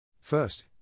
First